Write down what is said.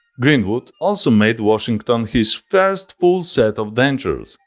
greenwood also made washington his first full set of dentures.